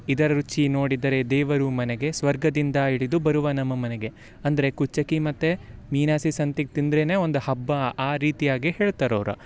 ಇದರ ರುಚಿ ನೋಡಿದರೆ ದೇವರು ಮನೆಗೆ ಸ್ವರ್ಗದಿಂದ ಇಳಿದು ಬರುವ ನಮ್ಮ ಮನೆಗೆ ಅಂದರೆ ಕುಚ್ಚಕ್ಕಿ ಮತ್ತು ಮೀನಾಸಿ ಸಂತಿಗೆ ತಿಂದರೇನೆ ಒಂದು ಹಬ್ಬ ಆ ರೀತಿ ಹಾಗೆ ಹೇಳ್ತಾರೆ ಅವ್ರು